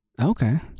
Okay